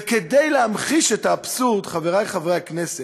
וכדי להמחיש את האבסורד, חברי חברי הכנסת,